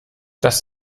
dass